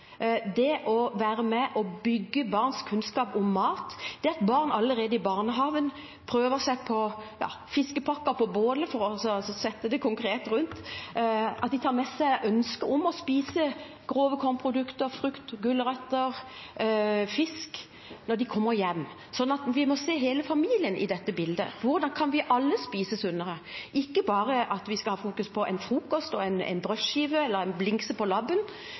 å være med og bygge barns kunnskap om mat, det at barn allerede i barnehagen prøver ut fiskepakker på bålet – for å ta det konkret – det at de tar med seg et ønske om å spise grove kornprodukter, frukt, gulrøtter og fisk når de kommer hjem. Vi må se hele familien i dette bildet – hvordan kan vi alle spise sunnere? Vi skal ikke bare fokusere på en frokost og en brødskive eller en blings på labben, men også se en helhet, se på